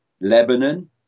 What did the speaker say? Lebanon